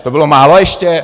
To bylo málo ještě?